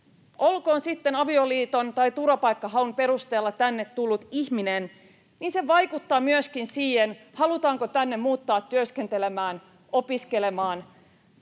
olkoon sitten avioliiton tai turvapaikkahaun perusteella tänne tullut ihminen — vaikuttaa myöskin siihen, halutaanko tänne muuttaa työskentelemään, opiskelemaan.